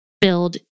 build